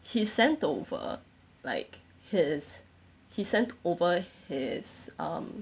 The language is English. he sent over like his he sent over his um